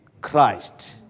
Christ